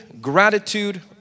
gratitude